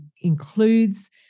includes